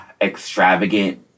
extravagant